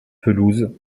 pelouses